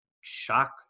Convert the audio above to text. shock